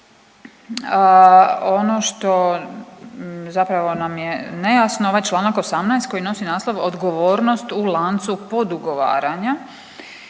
ono što zapravo nam je nejasno ovaj članak 18. koji nosi naslov „Odgovornost u lancu podugovaranja.